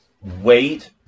wait